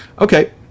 okay